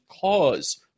cause